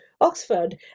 oxford